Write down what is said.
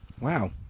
Wow